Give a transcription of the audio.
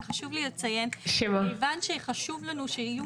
רק חשוב לי לציין שכיוון שחשוב לנו שיהיו